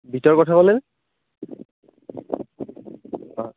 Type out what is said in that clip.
বীটৰ কথা ক'লে অ